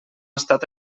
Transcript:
estat